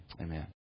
amen